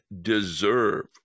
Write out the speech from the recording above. deserve